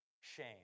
shame